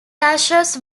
ashes